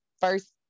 first